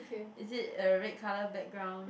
is it a red colour background